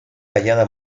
hallada